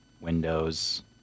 Windows